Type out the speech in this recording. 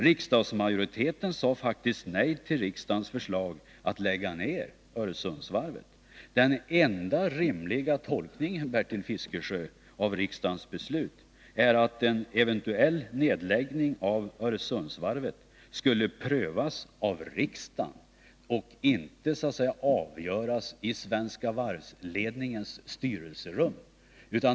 Riksdagsmajoriteten sade faktiskt nej till regeringens förslag om nedläggning av Öresundsvarvet. Den enda rimliga tolkningen, Bertil Fiskesjö, av riksdagens beslut är att en eventuell nedläggning av Öresundsvarvet skulle prövas av riksdagen och inte så att säga avgöras i Svenska Varvs styrelserum.